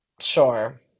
Sure